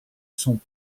son